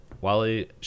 Wally